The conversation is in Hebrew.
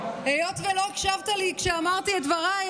היות שלא הקשבת לי כשאמרתי את דבריי,